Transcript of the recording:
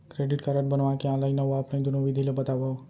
Credit card बनवाए के online अऊ ऑफलाइन दुनो विधि ला बतावव?